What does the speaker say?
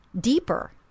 deeper